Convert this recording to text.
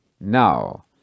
now